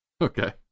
Okay